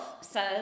says